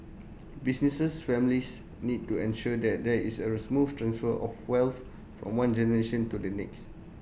business families need to ensure that there is A smooth transfer of wealth from one generation to the next